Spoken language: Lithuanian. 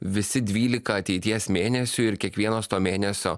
visi dvylika ateities mėnesių ir kiekvienas to mėnesio